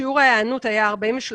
שיעור ההיענות היה 43%,